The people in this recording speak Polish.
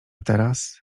teraz